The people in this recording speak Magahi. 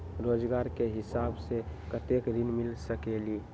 रोजगार के हिसाब से कतेक ऋण मिल सकेलि?